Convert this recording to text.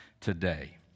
today